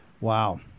Wow